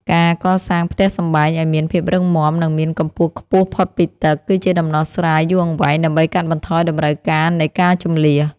ការកសាងផ្ទះសម្បែងឱ្យមានភាពរឹងមាំ និងមានកម្ពស់ខ្ពស់ផុតពីទឹក គឺជាដំណោះស្រាយយូរអង្វែងដើម្បីកាត់បន្ថយតម្រូវការនៃការជម្លៀស។